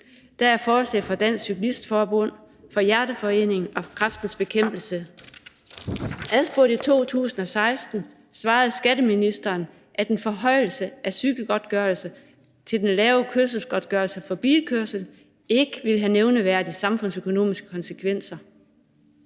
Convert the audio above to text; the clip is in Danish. er et forslag fra Dansk Cyklist Forbund, fra Hjerteforeningen og fra Kræftens Bekæmpelse. Adspurgt i 2016 svarede skatteministeren, at en forhøjelse af cykelgodtgørelsen til den lave kørselsgodtgørelse for bilkørsel ikke ville have nævneværdige samfundsøkonomiske konsekvenser.